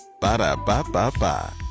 Ba-da-ba-ba-ba